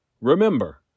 Remember